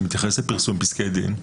שמתייחס לפרסום פסקי דין.